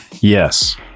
Yes